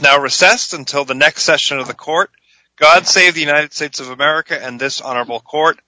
now recessed until the next session of the court god save the united states of america and this honorable court